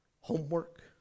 homework